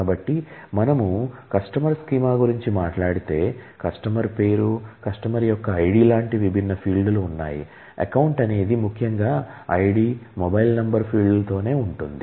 కాబట్టి మనము customer schema గురించి మాట్లాడితే కస్టమర్ పేరు కస్టమర్ యొక్క ఐడి లాంటి విభిన్న ఫీల్డ్లు ఉన్నాయి అకౌంట్ అనేది ముఖ్యం గా ఐడి మొబైల్ నెంబర్ ఫీల్డ్స్ తోనే ఉంటుంది